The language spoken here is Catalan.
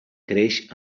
creix